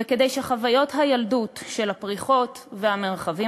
וכדי שחוויות הילדות של הפריחות והמרחבים